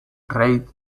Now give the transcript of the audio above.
reid